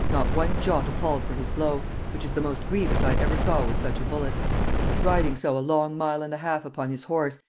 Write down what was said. not one jot appalled for his blow which is the most grievous i ever saw with such a bullet riding so a long mile and a half upon his horse,